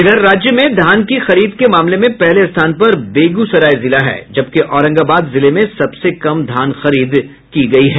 इधर राज्य में धान की खरीद में पहले स्थान पर बेगूसराय जिला है जबकि औरंगाबाद जिले में सबसे कम धान खरीद की गई है